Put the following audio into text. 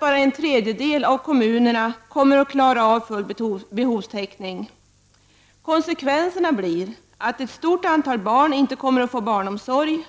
Bara en tredjedel av kommunerna kommer att klara av full behovstäckning. Konsekvensen blir att ett stort antal barn inte kommer att kunna få barnomsorg.